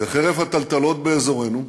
וחרף הטלטלות באזורנו,